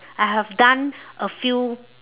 I have done a few